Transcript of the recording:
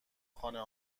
خانه